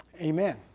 Amen